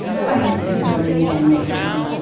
i hope you can join me again next time.